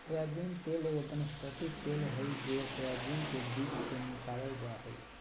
soybean तेल एगो वनस्पति तेल हइ जे सोयाबीन के बीज से निकालल जा हइ